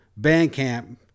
Bandcamp